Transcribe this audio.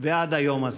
כל הדורות שלפנינו תרמו